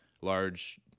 large